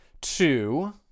two